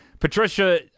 Patricia